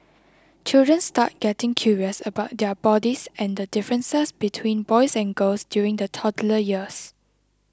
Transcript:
children start getting curious about their bodies and the differences between boys and girls during the toddler years